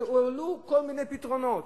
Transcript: והועלו כל מיני פתרונות.